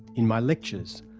in my lectures,